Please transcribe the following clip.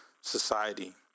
society